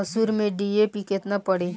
मसूर में डी.ए.पी केतना पड़ी?